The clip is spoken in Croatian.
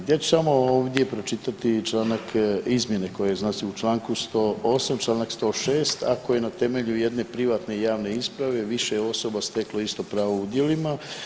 Ja ću samo ovdje pročitati članak, izmjene koje znači u članku 108. članak 106. a koji na temelju jedne privatne javne isprave više je osoba steklo isto pravo u udjelima.